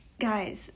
guys